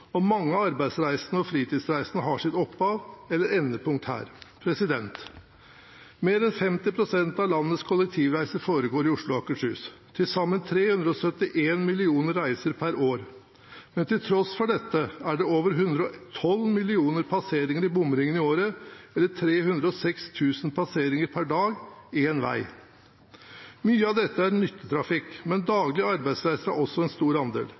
og mange av arbeidsreisene og fritidsreisene har sitt opphav eller endepunkt her. Mer enn 50 pst. av landets kollektivreiser foregår i Oslo og Akershus – til sammen 371 millioner reiser per år. Men til tross for dette er det over 112 millioner passeringer i bomringen i året – eller 306 000 passeringer per dag – én vei. Mye av dette er nyttetrafikk, men daglige arbeidsreiser utgjør også en stor andel.